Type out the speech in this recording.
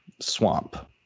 swamp